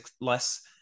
less